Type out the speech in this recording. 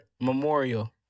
Memorial